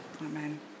Amen